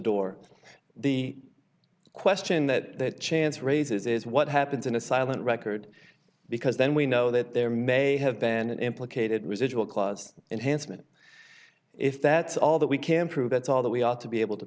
door the question that chance raises is what happens in a silent record because then we know that there may have been implicated residual clause and handsome and if that's all that we can prove that's all that we ought to be able